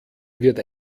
wird